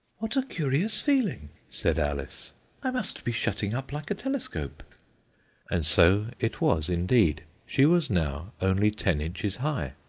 what a curious feeling said alice i must be shutting up like a telescope and so it was indeed she was now only ten inches high,